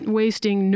wasting